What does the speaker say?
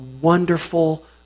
wonderful